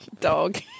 Dog